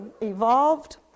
evolved